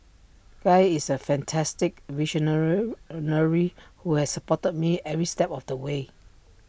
guy is A fantastic who has supported me every step of the way